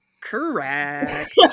correct